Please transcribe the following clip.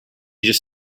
just